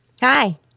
Hi